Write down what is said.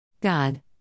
God